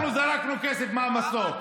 אנחנו זרקנו כסף מהמסוק.